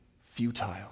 futile